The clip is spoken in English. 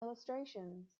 illustrations